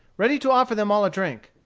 ready to offer them all a drink.